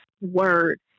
word